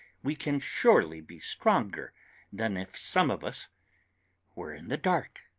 we can surely be stronger than if some of us were in the dark.